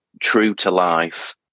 true-to-life